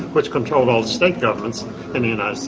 which controlled all the state governments in and so